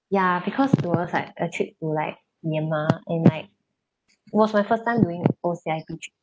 ya because it was like a trip to like myanmar and like it was my first time doing O_C_I_P trip